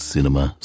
Cinema